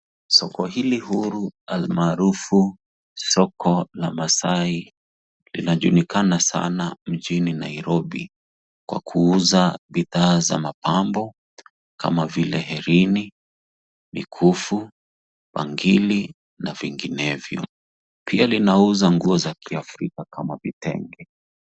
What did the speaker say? Soko hili huru, almaarufu soko la masai linajulikana sana jijini Nairobi kwa kuuza bidhaa za mapambo kama vile herini, mikufu, bangili na vinginevyo. Pia linauza nguo za kiafrika kama vitenge.